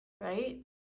Right